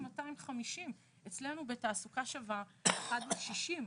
אצלנו בתעסוקה שווה זה 1 ל-60.